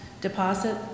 deposit